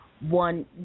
one